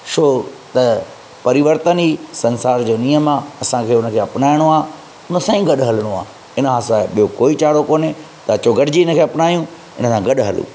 छो त परिवर्तन ई संसार जो नियम आहे असांखे उनखे अपनाइणो आहे हिन सां ई गॾु हलणो आहे हिन सां सवाइ ॿियो कोई चारो कोने त अचो गॾु जी हिन खे अपनायूं हिन खां गॾु हली